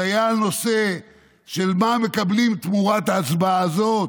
זה היה על נושא של מה מקבלים תמורת ההצבעה הזאת: